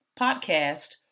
podcast